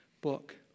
book